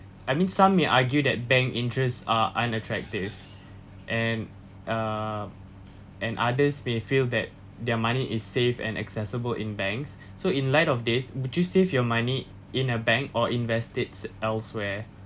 I mean some may argue that bank interest are unattractive and uh and others may feel that their money is safe and accessible in banks so in light of this would you save your money in a bank or invest it elsewhere